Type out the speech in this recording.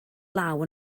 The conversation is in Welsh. law